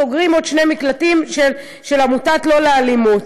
סוגרים עוד שני מקלטים של עמותת לא לאלימות.